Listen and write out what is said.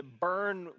burn